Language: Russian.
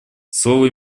слово